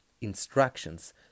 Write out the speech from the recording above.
instructions